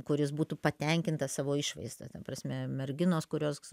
kuris būtų patenkintas savo išvaizda ta prasme merginos kurios